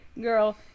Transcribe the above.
Girl